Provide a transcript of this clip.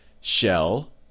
shell